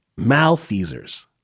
malfeasers